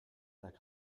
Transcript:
that